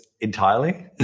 entirely